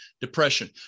depression